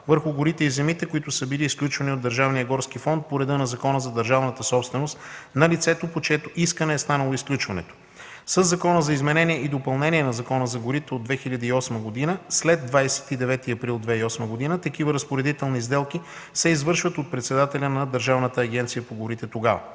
върху горите и земите, които са били изключвани от Държавния горски фонд по реда на Закона за държавната собственост на лицето, по чието искане е станало изключването. Със Закона за изменение и допълнение на Закона за горите от 2008 г., след 29 април 2008 г. такива разпоредителни сделки се извършват от председателя на Държавната агенция по горите тогава.